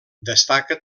destaca